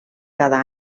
cada